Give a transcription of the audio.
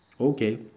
Okay